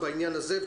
בעניין הזה,